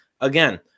Again